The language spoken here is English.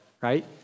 right